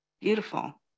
beautiful